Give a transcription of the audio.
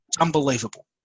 unbelievable